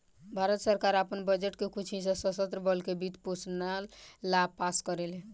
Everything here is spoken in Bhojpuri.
भारत सरकार आपन बजट के कुछ हिस्सा सशस्त्र बल के वित्त पोषण ला पास करेले